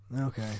okay